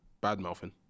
bad-mouthing